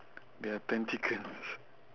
there are tentacles